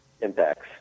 impacts